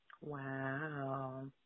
Wow